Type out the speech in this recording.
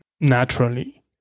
naturally